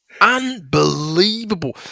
unbelievable